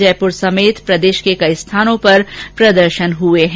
जयपुर समेत प्रदेश में कई स्थानों पर प्रदर्शन हुए हैं